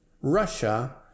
Russia